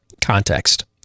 context